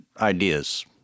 ideas